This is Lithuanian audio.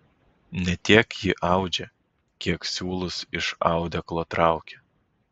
ne tiek ji audžia kiek siūlus iš audeklo traukia